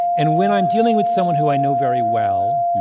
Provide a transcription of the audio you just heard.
and when i'm dealing with someone who i know very well,